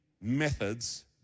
methods